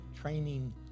training